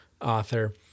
author